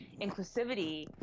inclusivity